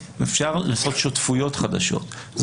אפשר לעשות שותפויות חדשות.